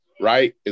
right